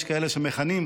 יש כאלה שמכנים.